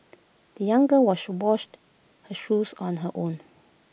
the young girl washed washed her shoes on her own